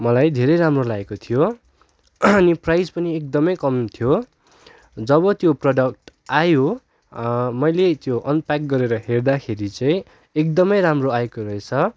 मलाई धेरै राम्रो लागेको थियो अनि प्राइज पनि एकदम कम थियो जब त्यो प्रडक्ट आयो मैले त्यो अनप्याक गरेर हेर्दाखेरि चाहिँ एकदम राम्रो आएको रहेछ